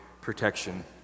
protection